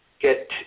get